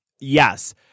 yes